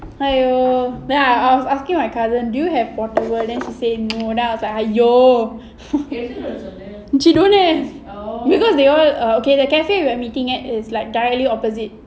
!aiyo! I was asking my cousin do you have portable then she say no then I was like !aiyo! she don't have because they all err okay the cafe we are meeting at is like directly opposite